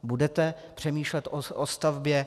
Budete přemýšlet o stavbě?